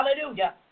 hallelujah